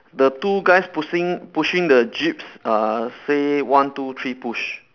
the two guys pushing pushing the jeeps uh say one two three push